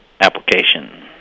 application